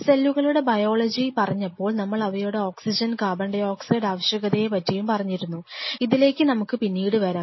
സെല്ലുകളുടെ ബയോളജി പറഞ്ഞപ്പോൾ നമ്മൾ അവയുടെ ഓക്സിജൻ കാർബൺ ഡൈ ഓക്സൈഡ് ആവശ്യകതയെപ്പറ്റിയും പറഞ്ഞിരുന്നു ഇതിലേക്ക് നമുക്ക് പിന്നീട് വരാം